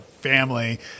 family